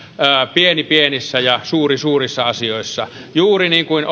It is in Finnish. pieni pienissä ja suuri suurissa asioissa juuri niin kuin